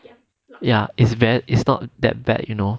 ya it's bad it's not that bad you know